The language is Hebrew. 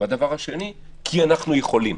והדבר השני, "כי אנחנו יכולים".